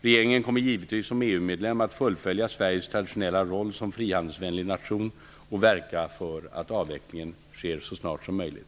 Regeringen kommer givetvis som EU-medlem att fullfölja Sveriges traditionella roll som frihandelsvänlig nation och verka för att avvecklingen sker så snart som möjligt.